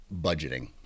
budgeting